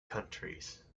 countries